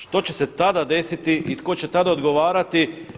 Što će se tada desiti i tko će tada odgovarati?